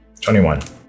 21